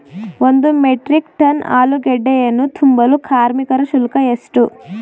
ಒಂದು metric ton ಆಲೂಗೆಡ್ಡೆಯನ್ನು ತುಂಬಲು ಕಾರ್ಮಿಕರ ಶುಲ್ಕ ಎಷ್ಟು?